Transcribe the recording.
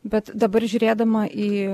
bet dabar žiūrėdama į